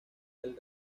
del